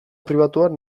pribatuan